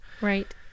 right